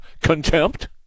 contempt